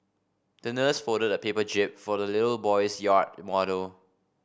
the nurse folded a paper jib for the little boy's yacht model